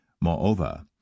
Moreover